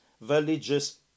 villages